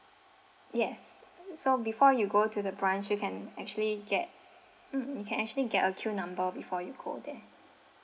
yes so before you go to the branch you can actually get um you can actually get a queue number before you go there